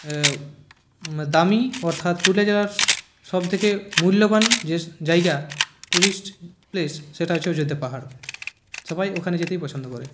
দামি অর্থাৎ পুরুলিয়া জেলার সবথেকে মূল্যবান যে জায়গা টুরিস্ট প্লেস সেটা হচ্ছে অযোধ্যা পাহাড় সবাই ওখানে যেতেই পছন্দ করে